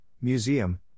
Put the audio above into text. Museum